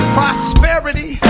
prosperity